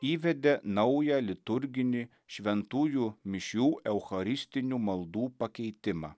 įvedė naują liturginį šventųjų mišių eucharistinių maldų pakeitimą